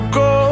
go